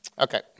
Okay